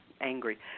angry